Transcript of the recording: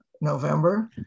November